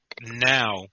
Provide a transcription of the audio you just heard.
now